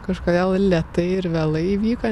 kažkodėl lėtai ir vėlai vyko